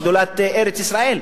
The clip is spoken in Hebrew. שדולת ארץ-ישראל.